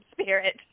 spirit